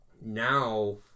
Now